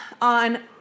on